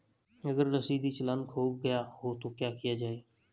अगर रसीदी चालान खो गया तो क्या किया जाए?